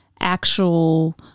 actual